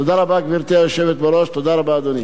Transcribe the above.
תודה רבה, גברתי היושבת בראש, תודה רבה, אדוני.